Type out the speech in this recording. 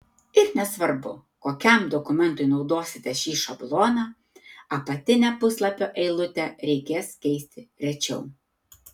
ir nesvarbu kokiam dokumentui naudosite šį šabloną apatinę puslapio eilutę reikės keisti rečiau